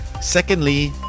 Secondly